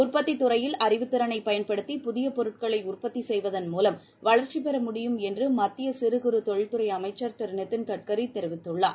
உற்பத்தித் துறையில் அறிவுத்திறனை பயன்படுத்தி புதிய பொருட்களை உற்பத்தி செய்வதன் வளர்ச்சிபெற முடியும் என்று மத்திய சிறு குறு தொழில்துறை அமைச்சர் திரு மூலம் நிதின்கட்கரி தெரிவித்துள்ளார்